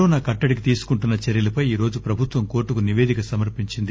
corona కట్టడికి తీసుకుంటున్న చర్యలపై ఈరోజు ప్రభుత్వం కోర్టుకు నివేదిక సమర్పించింది